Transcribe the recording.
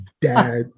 dad